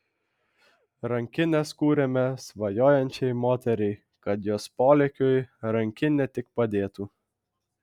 rankines kūrėme svajojančiai moteriai kad jos polėkiui rankinė tik padėtų